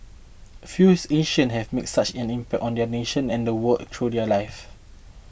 fews Asians have made such an impact on their nations and world through their lives